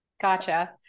Gotcha